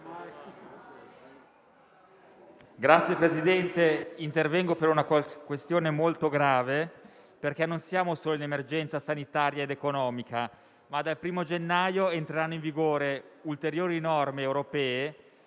Signor Presidente, intervengo per una questione molto grave, perché non siamo solo in emergenza sanitaria ed economica: dal 1° gennaio entreranno in vigore ulteriori norme europee